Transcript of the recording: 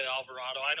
Alvarado